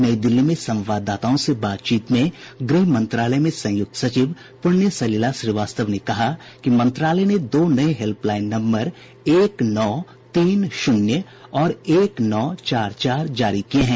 नई दिल्ली में संवाददाताओं से बातचीत में गृह मंत्रालय में संयुक्त सचिव पुण्य सलिला श्रीवास्तव ने कहा कि मंत्रालय ने दो नये हेल्पलाईन नम्बर एक नौ तीन शून्य और एक नौ चार चार जारी किये हैं